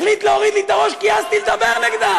החליט להוריד לי את הראש כי העזתי לדבר נגדם.